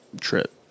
trip